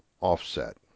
offset